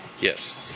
Yes